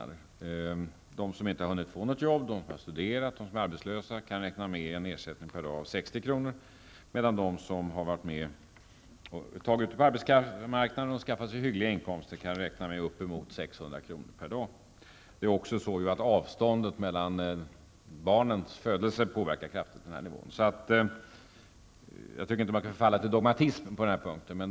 De som inte har hunnit få något jobb, som har studerat eller som är arbetslösa kan räkna med en ersättning på 60 kr. per dag, medan de som har varit med på arbetsmarknaden och skaffat sig hyggliga inkomster kan räkna med upp emot 600 kr. per dag. Tiden mellan barnens födelse påverkar också kraftigt den här nivån. Jag tycker inte att vi kan förfalla till dogmatism på den här punkten.